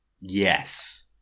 Yes